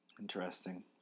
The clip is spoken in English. interesting